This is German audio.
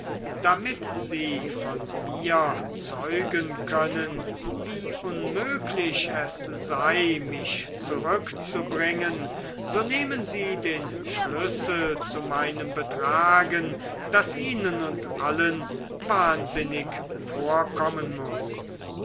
damit sie von mir zeugen können wie unmöglich es sei mich zurückzubringen so nehmen sie den schlüssel zu meinem betragen das ihnen und allen wahnsinnig vorkommen muß